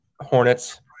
Hornets